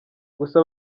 gusa